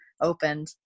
opened